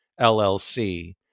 LLC